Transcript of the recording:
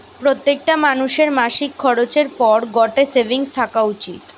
প্রত্যেকটা মানুষের মাসিক খরচের পর গটে সেভিংস থাকা উচিত